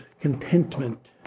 contentment